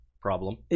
problem